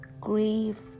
grief